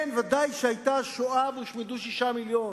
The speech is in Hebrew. כן, ודאי שהיתה שואה, והושמדו שישה מיליונים.